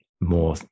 more